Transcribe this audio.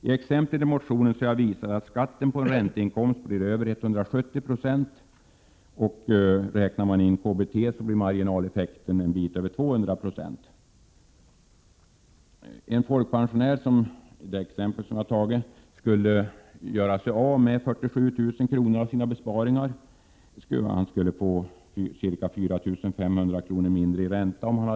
I exemplet i min motion har jag visat att skatten på en ränteinkomst blir över 170 96. Om man räknar in KBT blir marginaleffekten en bit över 200 96. En folkpensionär som exempelvis skulle göra sig av med 47 000 kr. av sina besparingar på banken, skulle få ca 4 500 kr. mindre i ränta.